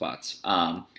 spots